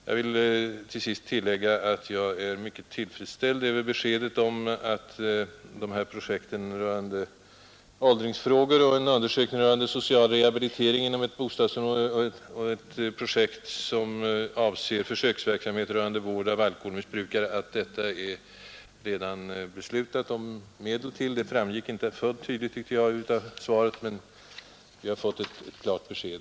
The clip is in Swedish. Jag vill till sist säga att jag är mycket tillfredsställd över beskedet om att positivt beslut fattats om anslag till de i svaret nämnda projekten rörande åldringsfrågor, en undersökning om social rehabilitering inom ett bostadsområde och ett projekt som avser försöksverksamhet beträffande vård av alkoholmissbrukare. Detta framgick inte fullt tydligt av svaret, tyckte jag, men vi har nu fått ett klart besked.